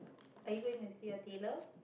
are you going to see a tailor